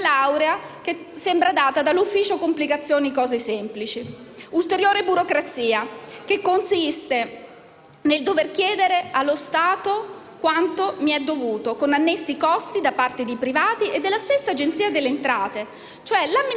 sembra data dall'"ufficio complicazioni cose semplici". Ulteriore burocrazia che consiste nel dover chiedere allo Stato quanto mi è dovuto, con annessi costi da parte di privati e della stessa Agenzia delle entrate: l'amministrazione